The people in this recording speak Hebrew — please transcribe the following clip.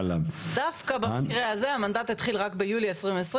דווקא במקרה הזה המנדט התחיל רק ביולי 2020,